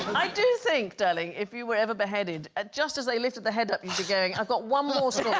i do think darling if you were ever beheaded ah just as they lifted the head up you'd be going i've got one more yeah